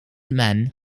men